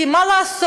כי מה לעשות?